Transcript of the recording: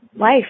life